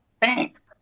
Thanks